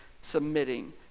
submitting